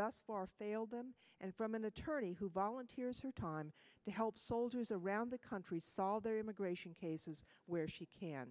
thus far failed them and from an attorney who volunteers her time to help soldiers around the country solve their immigration cases where she can